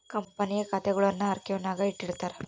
ಕಂಪನಿಯ ಖಾತೆಗುಳ್ನ ಆರ್ಕೈವ್ನಾಗ ಇಟ್ಟಿರ್ತಾರ